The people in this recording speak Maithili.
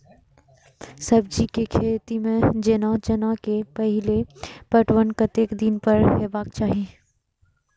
सब्जी के खेती में जेना चना के पहिले पटवन कतेक दिन पर हेबाक चाही?